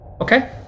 Okay